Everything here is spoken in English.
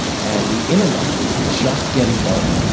and the internet was just getting going,